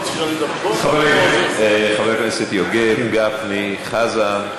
חברים, חברי הכנסת יוגב, גפני, חזן,